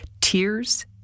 Tears